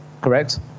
correct